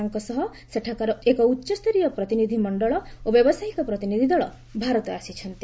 ତାଙ୍କ ସହ ସେଠାକାର ଏକ ଉଚ୍ଚସ୍ତରୀୟ ପ୍ରତିନିଧ୍ୟ ମଣ୍ଡଳ ଓ ବ୍ୟବସାୟିକ ପ୍ରତିନିଧ୍ୟ ଦଳ ଭାରତ ଆସିଛନ୍ତି